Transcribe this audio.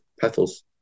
petals